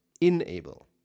enable